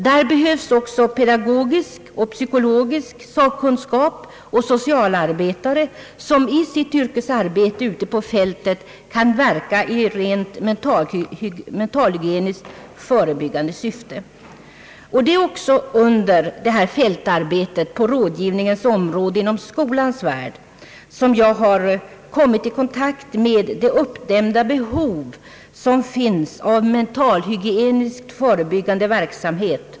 Där behövs också pedagogisk och psykologisk sakkunskap och socialarbetare, som i sitt yrkesarbete ute på fältet kan verka i mentalhygieniskt förebyggande syfte. Det är också under detta fältarbete på rådgivningens område inom skolans värld som jag har kommit i kontakt med det uppdämda behov som finns av mentalhygieniskt förebyggande verksamhet.